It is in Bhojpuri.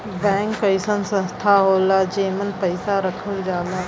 बैंक अइसन संस्था होला जेमन पैसा रखल जाला